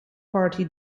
party